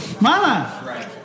Mama